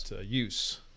use